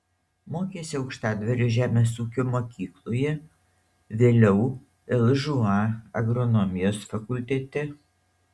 mokėsi aukštadvario žemės ūkio mokykloje vėliau lžūa agronomijos fakultete